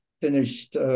finished